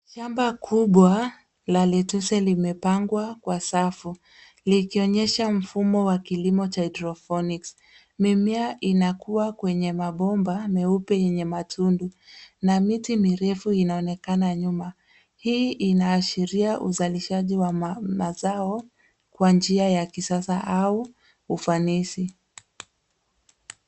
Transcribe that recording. Shamba kubwa la letuse limepangwa kwa safu likionyesha mfumo wa kilimo cha hydrophonics . Mimea inakua kwenye mabomba meupe yenye matundu na miti mirefu inaonekana nyuma. Hii inaashiria uzalishaji wa mazao kwa njia ya kisasa au ufanisi.